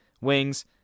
wings